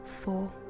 four